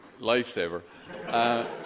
Lifesaver